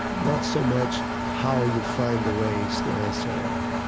not so much how you find the ways to answer it